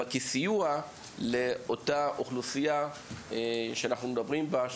אבל כסיוע לאותה אוכלוסייה שאנחנו מדברים בה,